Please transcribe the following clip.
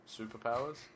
superpowers